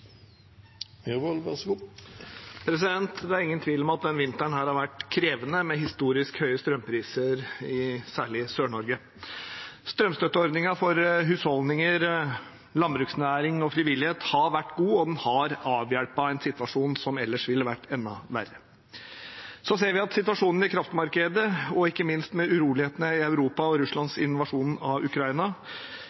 Det er ingen tvil om at denne vinteren har vært krevende, med historisk høye strømpriser, særlig i Sør-Norge. Strømstøtteordningen for husholdninger, landbruksnæring og frivillighet har vært god, og den har avhjulpet en situasjon som ellers ville vært enda verre. Så ser vi at situasjonen i kraftmarkedet, ikke minst med urolighetene i Europa og